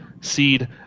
seed